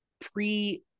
pre